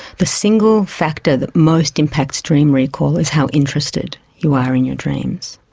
the single factor that most impacts dream recall is how interested you are in your dreams.